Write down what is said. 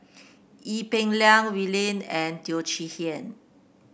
Ee Peng Liang Wee Lin and Teo Chee Hean